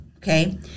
Okay